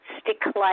stick-like